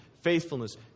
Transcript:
faithfulness